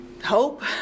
hope